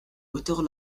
auteur